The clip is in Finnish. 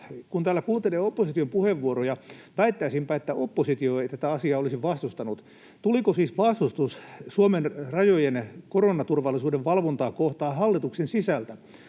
Kun täällä kuuntelee opposition puheenvuoroja, väittäisinpä, että oppositio ei tätä asiaa olisi vastustanut. Tuliko siis vastustus Suomen rajojen koronaturvallisuuden valvontaa kohtaan hallituksen sisältä?